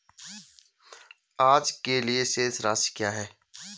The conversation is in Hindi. आज के लिए शेष राशि क्या है?